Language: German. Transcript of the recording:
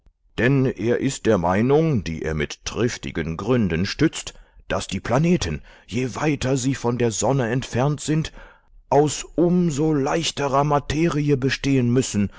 denn er ist der meinung die er mit triftigen gründen stützt daß die planeten je weiter sie von der sonne entfernt sind aus um so leichterer materie bestehen müssen